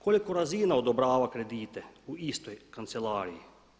Koliko razina odobrava kredite u istoj kancelariji?